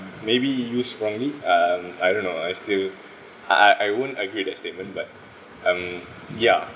maybe used wrongly um I don't know I still I I I won't agree that statement but um ya